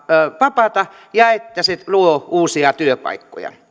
vapaata ja että se luo uusia työpaikkoja